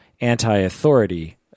anti-authority